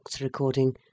recording